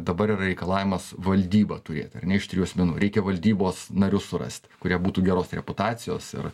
dabar yra reikalavimas valdybą turėt ar ne iš trijų asmenų reikia valdybos narius surasti kurie būtų geros reputacijos ir